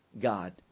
God